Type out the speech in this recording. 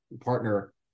partner